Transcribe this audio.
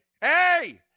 Hey